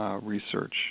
Research